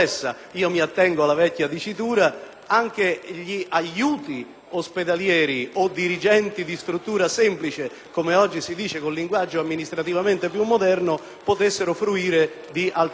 anche gli aiuti ospedalieri o dirigenti di struttura semplice, come oggi si dice con linguaggio amministrativamente più moderno. Inoltre, onorevoli